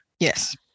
Yes